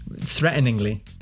threateningly